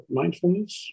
mindfulness